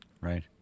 Right